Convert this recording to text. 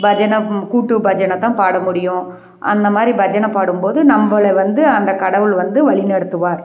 பஜனை ம் கூட்டு பஜனை தான் பாட முடியும் அந்த மாதிரி பஜனை பாடும்போது நம்பளை வந்து அந்த கடவுள் வந்து வழிநடத்துவார்